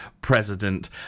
president